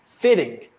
fitting